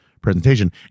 presentation